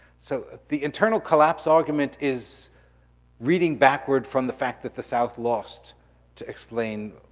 so, the internal collapse argument is reading backward from the fact that the south lost to explain